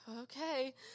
okay